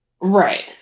Right